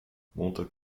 montag